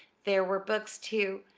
there were books, too,